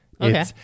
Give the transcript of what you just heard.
Okay